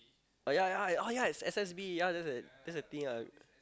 uh ya ya oh ya it's S_S_B ya that's the that's the thing I